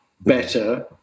better